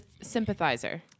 sympathizer